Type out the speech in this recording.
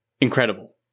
Incredible